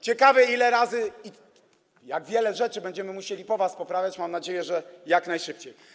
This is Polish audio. Ciekawe, ile razy i jak wiele rzeczy będziemy musieli po was poprawiać - mam nadzieję, że jak najszybciej.